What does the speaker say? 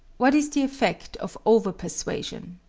what is the effect of over-persuasion?